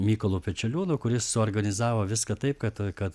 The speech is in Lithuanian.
mykolu pečeliūnu kuris suorganizavo viską taip kad kad